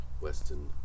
Western